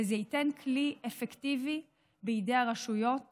וזה ייתן כלי אפקטיבי בידי הרשויות